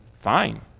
fine